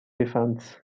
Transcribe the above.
defense